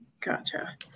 Gotcha